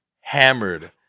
hammered